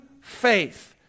faith